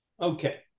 Okay